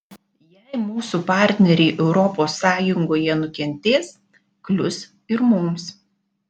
jei mūsų partneriai europos sąjungoje nukentės klius ir mums